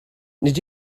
nid